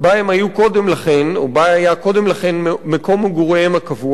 היו קודם לכן או שבה היה קודם לכן מקום מגוריהם הקבוע,